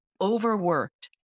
overworked